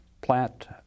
plant